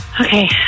Okay